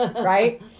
right